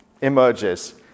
emerges